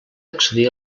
accedir